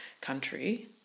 country